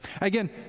Again